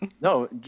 no